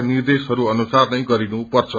निर्देशहरू अनुसार नै गरिनुपर्छ